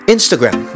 Instagram